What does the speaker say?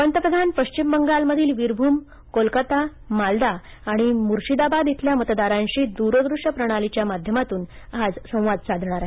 पंतप्रधान पश्चिम बंगालमधील वीरभूम कोलकाता मालदा आणि मुर्शिदाबाद इथल्या मतदारांशी दुरदृष्य प्रणालीच्या माध्यमातून संवाद साधणार आहेत